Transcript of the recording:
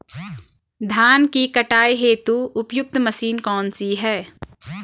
धान की कटाई हेतु उपयुक्त मशीन कौनसी है?